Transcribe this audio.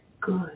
good